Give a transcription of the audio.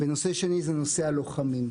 והנושא השני הוא נושא הלוחמים.